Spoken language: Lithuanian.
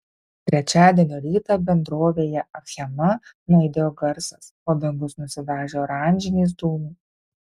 trečiadienio rytą bendrovėje achema nuaidėjo garsas o dangus nusidažė oranžiniais dūmais